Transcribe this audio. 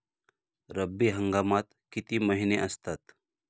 रब्बी हंगामात किती महिने असतात?